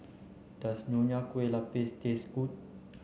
does Nonya Kueh Lapis taste good